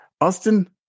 Austin